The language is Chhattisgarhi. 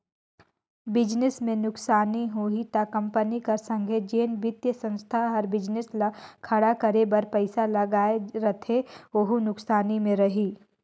बिजनेस में नुकसानी होही ता कंपनी कर संघे जेन बित्तीय संस्था हर बिजनेस ल खड़ा करे बर पइसा लगाए रहथे वहूं नुकसानी में रइही